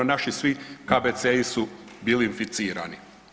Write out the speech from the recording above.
Naši svi KBC-i su bili inficirani.